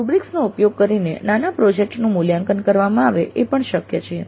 rubrics નો ઉપયોગ કરીને નાના પ્રોજેક્ટ નું મૂલ્યાંકન કરવામાં આવે એ પણ શક્ય છે